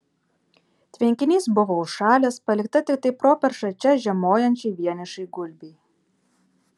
tvenkinys buvo užšalęs palikta tiktai properša čia žiemojančiai vienišai gulbei